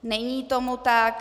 Není tomu tak.